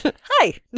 Hi